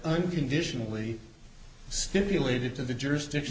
unconditionally stipulated to the jurisdiction